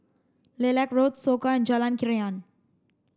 Lilac Road Soka and Jalan Krian